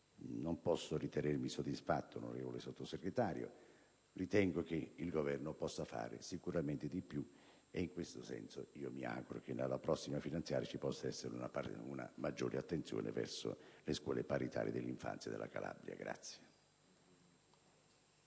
Non posso ritenermi soddisfatto, onorevole Sottosegretario. Ritengo che il Governo possa fare sicuramente di più e pertanto mi auguro che nella prossima finanziaria ci possa essere una maggiore attenzione verso le scuole paritarie dell'infanzia presenti in Calabria.